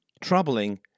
troubling